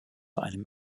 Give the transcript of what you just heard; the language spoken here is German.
einem